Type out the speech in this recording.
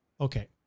Okay